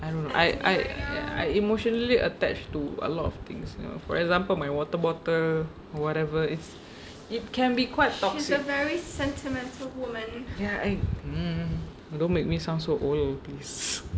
I don't know I I emotionally attached to a lot of things for example my water bottle or whatever is it can be quite toxic ya mmhmm don't make me sound so old please